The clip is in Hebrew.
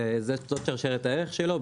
זאת שרשרת הערך שלו.